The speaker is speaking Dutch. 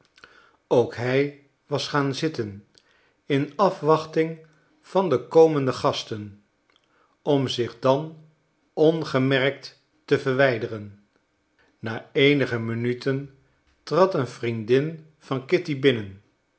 ook hij was gaan zitten in afwachting van de komende gasten om zich dan onbemerkt te verwijderen na eenige minuten trad een vriendin van kitty binnen